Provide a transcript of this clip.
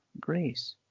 grace